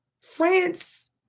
France